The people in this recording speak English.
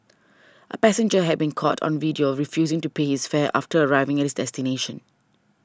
a passenger have been caught on video refusing to pay his fare after arriving at his destination